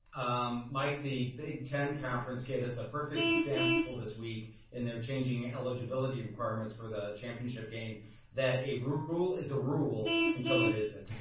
um mike, the big ten conference gave us a perfect example this week in their changing eligibility requirements for the championship game that a rural is a rule until it isn't.